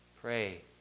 pray